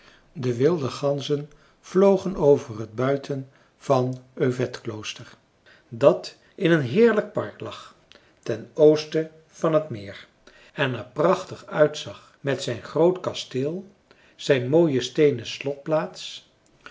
de wilde ganzen vlogen over het buiten van övedklooster dat in een heerlijk park lag ten oosten van het meer en er prachtig uitzag met zijn groot kasteel zijn mooie steenen